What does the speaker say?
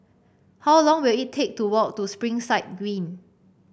how long will it take to walk to Springside Green